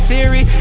Siri